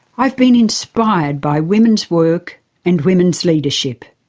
i've been inspired by women's work and women's leadership.